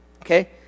okay